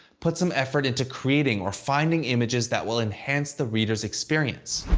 put some effort into creating or finding images that will enhance the reader's experience.